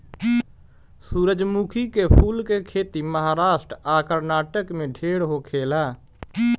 सूरजमुखी के फूल के खेती महाराष्ट्र आ कर्नाटक में ढेर होखेला